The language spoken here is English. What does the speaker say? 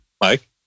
Mike